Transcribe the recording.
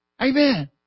Amen